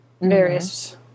various